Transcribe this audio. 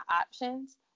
options